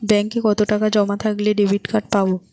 ব্যাঙ্কে কতটাকা জমা থাকলে ডেবিটকার্ড পাব?